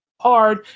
hard